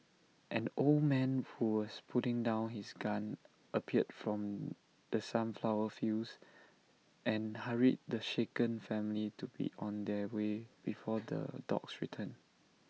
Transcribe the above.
an old man who was putting down his gun appeared from the sunflower fields and hurried the shaken family to be on their way before the dogs return